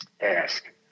Ask